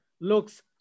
looks